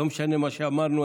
לא משנה מה שאמרנו,